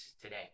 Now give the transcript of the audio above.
today